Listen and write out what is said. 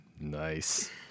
Nice